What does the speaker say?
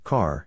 Car